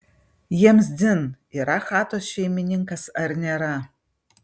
jiems dzin yra chatos šeimininkas ar nėra